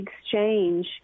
exchange